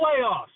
playoffs